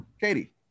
Katie